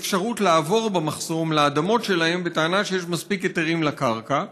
השנה אפשרות לעבור במחסום לאדמות שלהם בטענה שיש מספיק היתרים לקרקע.